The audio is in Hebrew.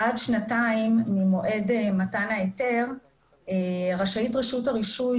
עד שנתיים ממועד מתן ההיתר רשאית רשות הרישוי,